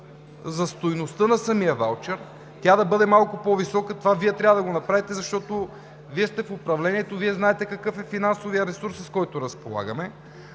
за стойността на самия ваучер – да бъде малко по-висока. Това Вие трябва да го направите, защото сте в управлението. Вие знаете какъв е финансовият ресурс, с който разполагаме,